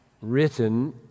written